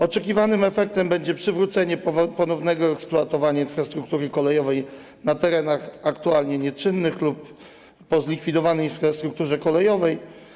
Oczekiwanym efektem będzie przywrócenie do ponownego eksploatowania infrastruktury kolejowej na terenach aktualnie nieczynnych lub na terenach, gdzie zlikwidowano infrastrukturę kolejową.